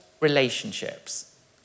relationships